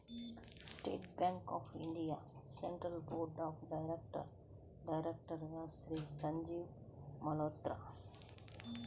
state Bank of India Central Board of డైరెక్టర్స్లో డైరెక్టర్గా శ్రీ సంజయ్ మల్హోత్రా